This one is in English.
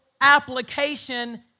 application